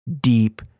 deep